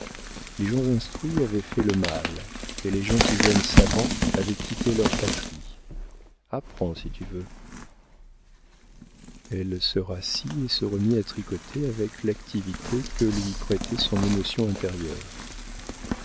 les gens instruits avaient fait le mal et les gentilshommes savants avaient quitté leur patrie apprends si tu veux elle se rassit et se remit à tricoter avec l'activité que lui prêtait son émotion intérieure